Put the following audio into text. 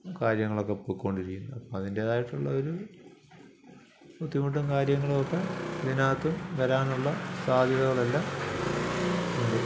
കാര്യങ്ങളൊക്കെ പൊയ്ക്കൊണ്ടിരിക്കുന്നത് അതിന്റേതായിട്ടുള്ള ഒരു ബുദ്ധിമുട്ടും കാര്യങ്ങളും ഒക്കെ അതിനകത്ത് വരാനുള്ള സാദ്ധ്യതകൾ എല്ലാം ഉണ്ട്